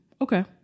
Okay